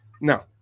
no